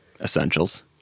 essentials